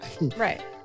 Right